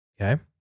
Okay